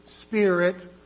spirit